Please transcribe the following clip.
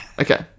Okay